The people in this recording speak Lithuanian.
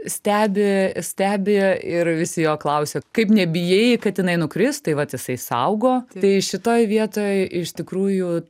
stebi stebi ir visi jo klausia kaip nebijai kad jinai nukris tai vat jisai saugo tai šitoj vietoj iš tikrųjų